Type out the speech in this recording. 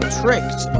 tricked